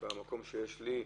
במקום שיש לו,